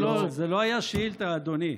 אם לא, זו לא הייתה שאילתה, אדוני.